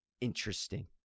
interesting